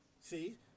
See